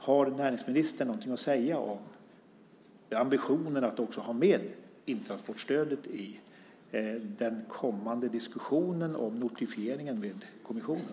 Har näringsministern någonting att säga om ambitionen att ha med också intransportstödet i den kommande diskussionen om notifieringen med kommissionen?